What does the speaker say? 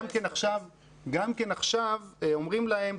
גם כן עכשיו אומרים להם,